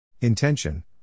intention